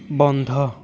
বন্ধ